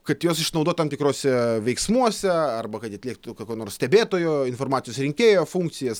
kad juos išnaudot tam tikruose veiksmuose arba kad atliktų kokio nors stebėtojo informacijos rinkėjo funkcijas